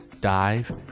dive